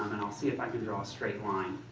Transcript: i'll see if i can draw a straight line